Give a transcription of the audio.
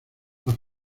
las